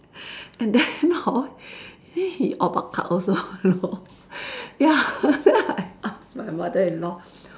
and then hor then he orh bak kak also you know ya then I ask my mother-in-law